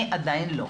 אני לא.